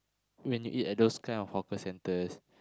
when you eat at those kind of hawker-centers